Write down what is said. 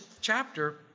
chapter